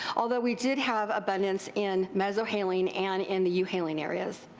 although we did have abundance in mesohaline and in the euhaline areas.